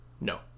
No